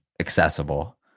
accessible